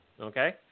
Okay